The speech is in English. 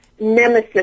nemesis